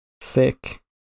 sick